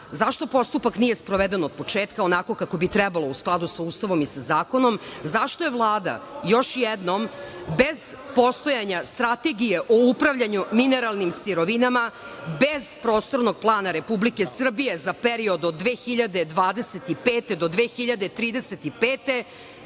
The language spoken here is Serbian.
zašto postupak nije sproveden od početka onako kako bi trebalo u skladu sa Ustavom i sa zakonom, zašto je Vlada još jednom bez postojanja strategije o upravljanju mineralnim sirovinama, bez prostornog plana Republike Srbije za period od 2025. do 2035.